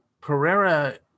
Pereira